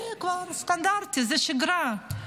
זה כבר סטנדרטי, זו שגרה.